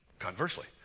Conversely